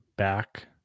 Back